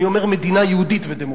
אני אומר מדינה יהודית ודמוקרטית.